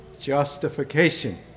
justification